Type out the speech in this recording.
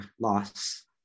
Loss